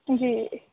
जी